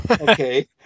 okay